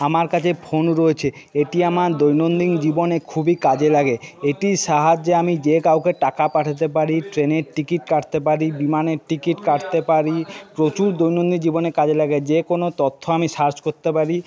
আমার কাছে ফোন রয়েছে এটি আমার দৈনন্দিন জীবনে খুবই কাজে লাগে এটির সাহায্যে আমি যে কাউকে টাকা পাঠাতে পারি ট্রেনের টিকিট কাটতে পারি বিমানের টিকিট কাটতে পারি প্রচুর দৈনন্দিন জীবনে কাজে লাগে যে কোনো তথ্য আমি সার্চ করতে পারি